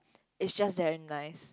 it's just very nice